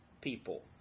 people